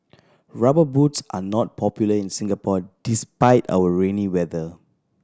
Rubber Boots are not popular in Singapore despite our rainy weather